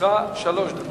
לרשותך שלוש דקות.